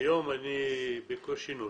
היום אני בקושי נושם.